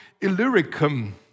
Illyricum